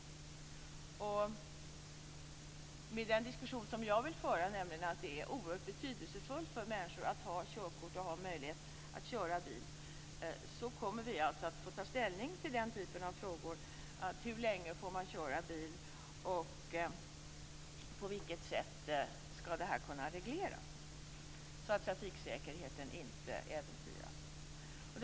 Jag vill hävda att det är oerhört betydelsefullt för människor att ha körkort och ha möjlighet att köra bil. Vi kommer att få ta ställning till frågor om hur länge man får köra bil och på vilket sätt detta skall kunna regleras så att trafiksäkerheten inte äventyras.